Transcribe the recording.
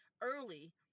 early